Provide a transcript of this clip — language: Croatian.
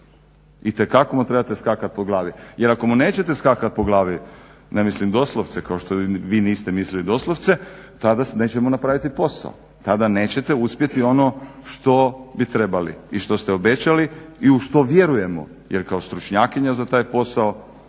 itekako mu trebate skakati po glavi jer ako mu nećete skakati po glavi ne mislim doslovce kao što ni vi niste mislili doslovce, tada nećemo napraviti posao, tada nećete uspjeti ono što bi trebali i što ste obećali i u što vjerujemo jer kao stručnjakinja za taj posao